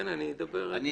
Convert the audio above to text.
כבודו,